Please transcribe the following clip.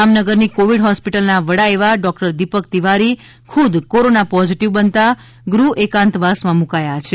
જામનગરની કોવિડ હોસ્પિટલના વડા એવા ડોક્ટર દિપક તિવારી ખુદ કોરોના પોઝિટિવ બનતા ગૃહ્ એકાંતવાસમાં મુકાયા છે